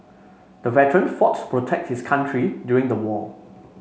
the veteran fought to protect his country during the war